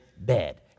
bed